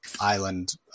Island